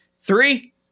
three